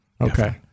Okay